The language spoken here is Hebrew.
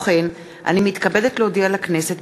כמו כן אני מתכבדת להודיע לכנסת,